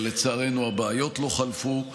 אבל לצערנו הבעיות לא חלפו,